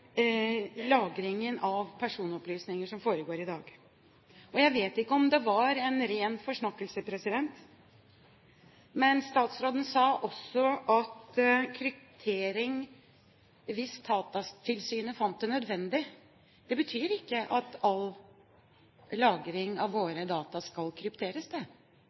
lagringen av personopplysninger som foregår i dag. Jeg vet ikke om det var en ren forsnakkelse, men statsråden sa også: kryptering hvis Datatilsynet finner det nødvendig. Det betyr at ikke all lagring av våre data skal krypteres